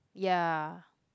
ya